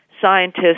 scientists